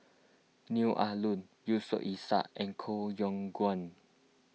Neo Ah Luan Yusof Ishak and Koh Yong Guan